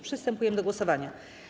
Przystępujemy do głosowania.